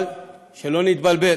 אבל שלא נתבלבל.